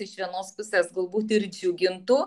iš vienos pusės galbūt ir džiugintų